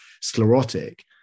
sclerotic